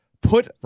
put